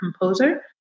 composer